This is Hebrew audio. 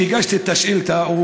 כשהגשתי את השאילתה,